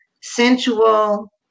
sensual